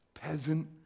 peasant